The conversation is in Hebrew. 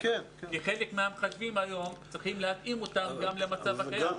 כי חלק מהמחשבים היום צריכים להתאים אותם למצב הקיים.